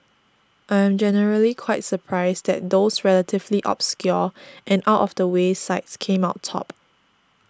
I am generally quite surprised that those relatively obscure and out of the way sites came out top